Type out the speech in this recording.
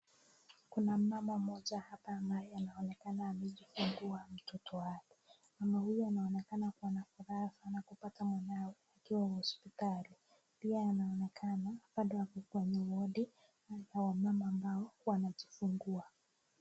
Kuna mama moja hapa anayeonekana ameshika wa nguo mtoto wake. Mama huyu anaonekana kuwa na furaha sana kupata mwanawe akiwa hospitali pia anaonekana bado ako kwenye wodi ambao wale ambao wanajifungua.